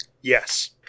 Yes